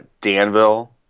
Danville